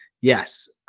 yes